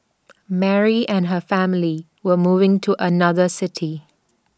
Mary and her family were moving to another city